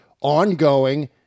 ongoing